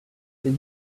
did